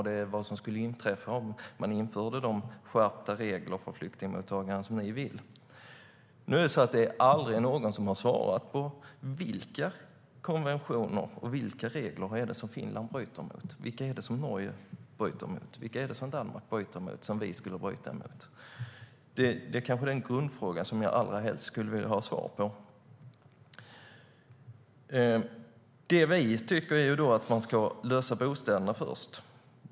Det är vad som skulle inträffa om man skulle införa de skärpta regler för flyktingmottagande som ni vill. Det är aldrig någon som har sagt vilka konventioner och regler som Finland bryter mot. Vilka är det som Norge bryter mot? Vilka är det som Danmark bryter mot och som vi skulle bryta mot? Det är kanske den grundfråga som jag allra helst skulle vilja ha svar på. Vi tycker att man ska lösa problemet med bostäderna först.